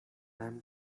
them